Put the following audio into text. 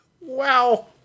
Wow